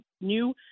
new